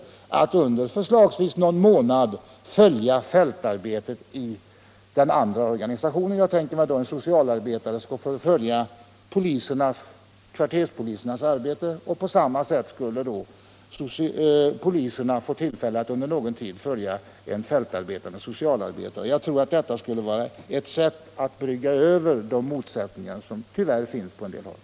Jag skulle tro att man inte kan lägga in det momentet i den grundläggande utbildningen. Jag tänker mig att en socialarbetare skall få följa kvarterspolisernas arbete, och på samma sätt skulle poliserna få tillfälle att under någon tid följa en fältarbetande socialarbetare. Detta skulle, tror jag, vara ett sätt att brygga över de motsättningar som tyvärr finns på en det håll.